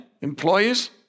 employees